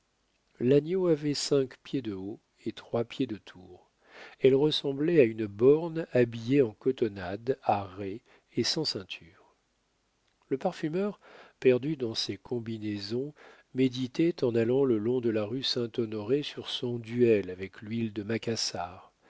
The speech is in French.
l'agneau avait cinq pieds de haut et trois pieds de tour elle ressemblait à une borne habillée en cotonnade à raies et sans ceinture le parfumeur perdu dans ses combinaisons méditait en allant le long de la rue saint-honoré sur son duel avec l'huile de macassar